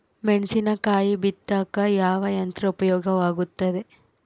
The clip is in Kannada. ಮೆಣಸಿನಕಾಯಿ ಬಿತ್ತಾಕ ಯಾವ ಯಂತ್ರ ಉಪಯೋಗವಾಗುತ್ತೆ?